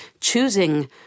choosing